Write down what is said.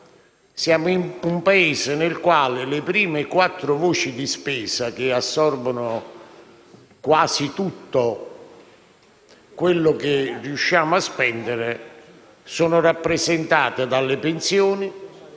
Siamo un Paese nel quale le prime quattro voci di spesa, che assorbono quasi tutto quello che riusciamo a spendere, sono rappresentate dalle pensioni,